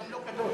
הוא גם לא קדוש.